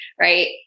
right